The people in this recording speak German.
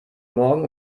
morgen